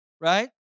Right